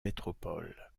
métropole